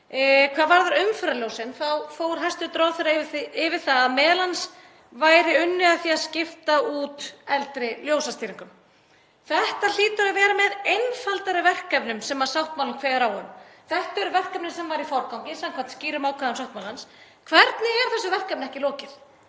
Hvað varðar umferðarljósin þá fór hæstv. ráðherra yfir það að m.a. væri unnið að því að skipta út eldri ljósastýringum. Þetta hlýtur að vera með einfaldari verkefnum sem sáttmálinn kveður á um. Þetta er verkefni sem var í forgangi samkvæmt skýrum ákvæðum sáttmálans. Hvernig stendur á því að þessu verkefni er ekki lokið?